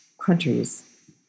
countries